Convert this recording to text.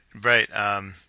right